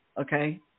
okay